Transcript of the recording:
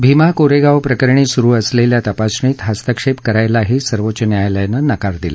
भीमा कोरेगाव प्रकरणी सुरु असलेल्या तपासणीत हस्तक्षेप करायलाही सर्वोच्च न्यायालयानं नकार दिला